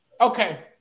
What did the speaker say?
Okay